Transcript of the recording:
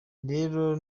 rero